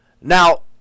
Now